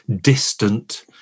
distant